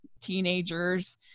teenagers